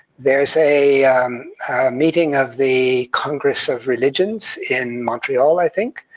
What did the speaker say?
there's a meeting of the congress of religions in montreal, i think.